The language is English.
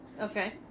Okay